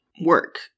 work